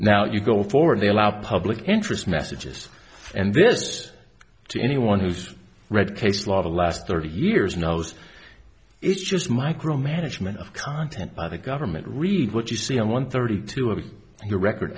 now you go for and they allow public interest messages and this to anyone who's read case law the last thirty years knows it's just micromanagement of content by the government read what you see on one thirty two of the record